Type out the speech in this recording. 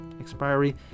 expiry